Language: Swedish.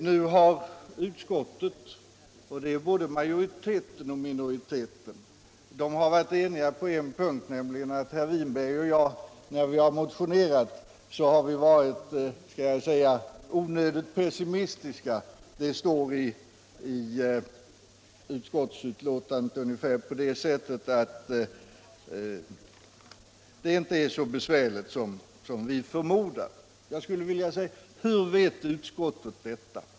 Nu har utskottet — både majoritet och minoritet — varit enigt på en punkt, nämligen att herr Winberg och jag varit onödigt pessimistiska i vår motion. Utskottet skriver att det inte är så besvärligt som vi förmodar. Men hur vet utskottet detta?